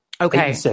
Okay